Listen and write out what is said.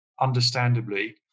understandably